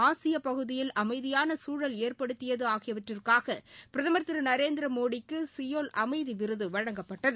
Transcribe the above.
ஆசிய பகுதியில் அமைதியான சூழல் ஏற்படுத்தியது ஆகியவற்றக்காக பிரதமர் திரு நரேந்திர மோடிக்கு சியோல் அமைதி விருது வழங்கப்பட்டது